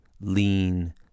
lean